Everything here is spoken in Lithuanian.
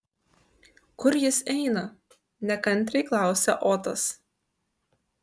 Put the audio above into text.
kur jis eina nekantriai klausia otas